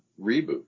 Reboot